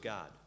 God